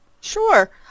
Sure